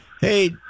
Hey